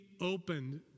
opened